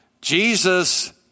Jesus